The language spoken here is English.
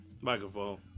Microphone